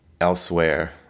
elsewhere